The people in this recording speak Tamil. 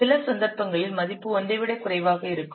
சில சந்தர்ப்பங்களில் மதிப்பு 1 ஐ விடக் குறைவாக இருக்கும்